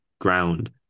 ground